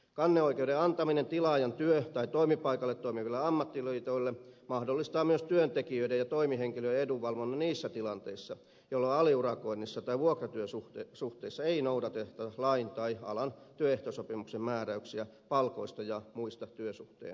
kanneoikeuden antaminen tilaajan työ tai toimipaikalla toimiville ammattiliitoille mahdollistaa myös työntekijöiden ja toimihenkilöiden edunvalvonnan niissä tilanteissa jolloin aliurakoinnissa tai vuokratyösuhteissa ei noudateta lain tai alan työehtosopimuksen määräyksiä palkoista ja muista työsuhteen ehdoista